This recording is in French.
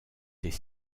des